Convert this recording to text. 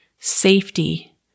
safety